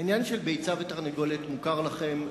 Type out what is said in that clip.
העניין של הביצה והתרנגולת מוכר לכם,